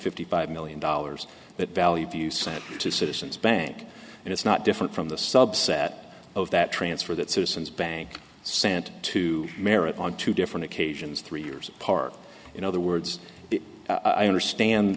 fifty five million dollars that value view sent to citizens bank and it's not different from the subset of that transfer that citizens bank sent to merit on two different occasions three years apart in other words i understand